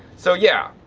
so yeah,